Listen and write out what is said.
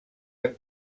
han